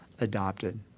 adopted